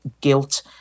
guilt